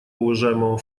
уважаемого